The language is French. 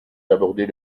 d’aborder